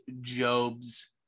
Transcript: Job's